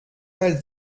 mal